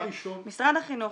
דבר ראשון --- משרד החינוך,